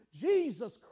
Jesus